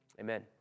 amen